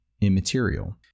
immaterial